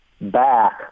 back